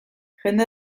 jende